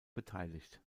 beteiligt